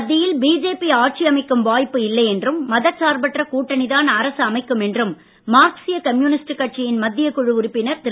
மத்தியில் பிஜேபி ஆட்சி அமைக்கும் வாய்ப்பு இல்லை என்றும் மதசார்பற்ற கூட்டணி தான் அரசு அமைக்கும் என்றும் மார்க்சிஸ்ய கம்யூனிஸ்டு கட்சியின் மத்திய குழு உறுப்பினர் திரு